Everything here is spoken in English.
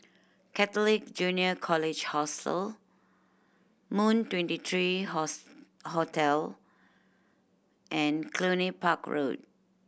Catholic Junior College Hostel Moon Twenty three Hotel and Cluny Park Road